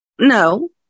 No